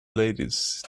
ladies